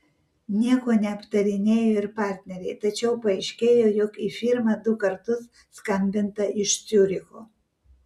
nieko neaptarinėjo ir partneriai tačiau paaiškėjo jog į firmą du kartus skambinta iš ciuricho